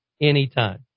anytime